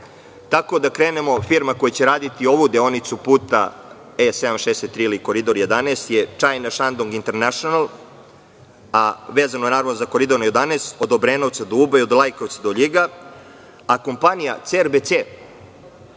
u Srbiji. Firma koja će raditi ovu deonicu puta E 763 ili koridor 11 je China Shandong International, a vezano za Koridor 11, od Obrenovca do Uba i od Lajkovca do Ljiga, a kompanija CRBC